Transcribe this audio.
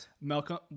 Malcolm